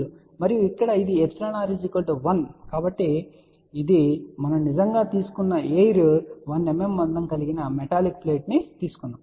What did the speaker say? మరియు ఇక్కడ ఇది εr 1 కాబట్టి ఇది మనం నిజంగా తీసుకున్న ఎయిర్ 1 mm మందం కలిగిన మెటాలిక్ ప్లేట్ ను తీసుకున్నాము